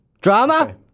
Drama